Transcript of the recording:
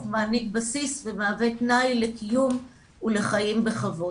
מעניק בסיס ומהווה תנאי לקיום ולחיים בכבוד.